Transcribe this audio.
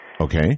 Okay